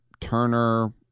Turner